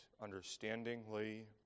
understandingly